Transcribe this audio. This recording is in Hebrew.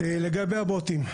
לגבי הבוטים.